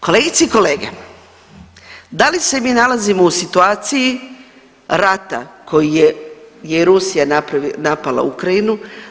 Kolegice i kolege, da li se mi nalazimo u situaciji rata koji je Rusija napala Ukrajinu?